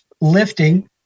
lifting